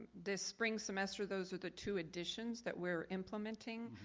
the spring semester, those are the two additions that we are implementing,